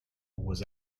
was